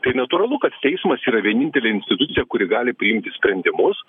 tai natūralu kad teismas yra vienintelė institucija kuri gali priimti sprendimus